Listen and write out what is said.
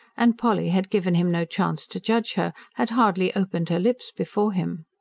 and polly had given him no chance to judge her had hardly opened her lips before him.